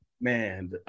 man